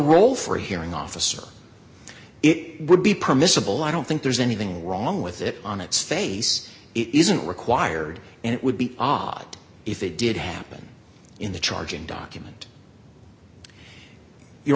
role for hearing officer it would be permissible i don't think there's anything wrong with it on its face it isn't required and it would be odd if it did happen in the charging document your